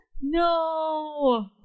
no